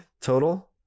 total